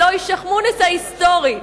הלוא היא שיח'-מוניס ההיסטורית.